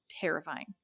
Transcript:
terrifying